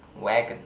Wagon